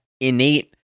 innate